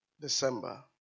December